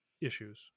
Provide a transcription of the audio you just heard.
issues